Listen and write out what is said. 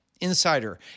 Insider